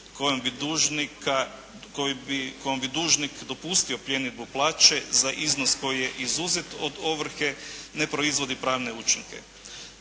kojom bi dužnik dopustio pljenidbu plaće za iznos koji je izuzet od ovrhe ne proizvodi pravne učinke.